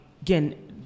again